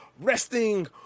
resting